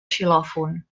xilòfon